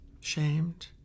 shamed